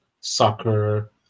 soccer